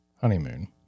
honeymoon